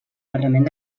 parlament